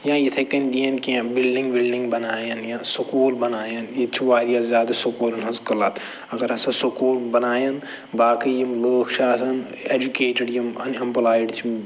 یا یِتھَے کٔنۍ دِیَن کیٚنہہ بِلڈِنٛگ وِلڈِنٛگ بنایَن یا سُکوٗل بنایَن ییٚتہِ چھِ واریاہ زیادٕ سُکوٗلَن ہٕنٛز قلعت اگر ہسا سُکوٗل بنایَن باقٕے یِم لوٗکھ چھِ آسَن اٮ۪جوٗکیٹِڈ یِم اَن ایمپٕلایِڈ چھِ